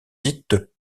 dites